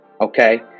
okay